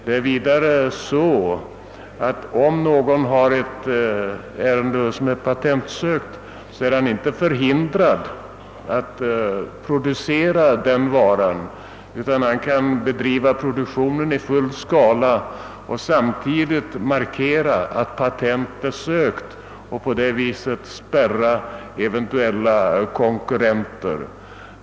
Och om någon har sökt men ännu inte erhållit patent för en vara, är vederbörande inte förhindrad att tillverka denna, utan kan bedriva produktionen i full skala. Genom att markera att patent är sökt kan han spärra eventuella konkurrenter.